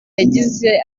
yagize